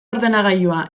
ordenagailua